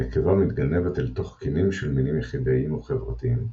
הנקבה מתגנבת אל תוך קנים של מינים יחידאיים או חברתיים,